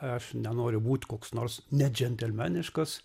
aš nenoriu būt koks nors nedžentelmeniškas